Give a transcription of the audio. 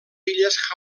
illes